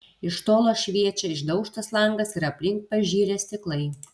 iš tolo šviečia išdaužtas langas ir aplink pažirę stiklai